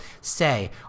Say